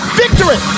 victory